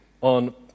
on